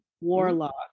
warlock